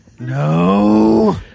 No